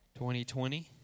2020